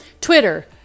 Twitter